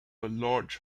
large